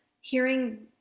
hearing